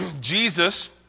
Jesus